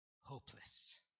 hopeless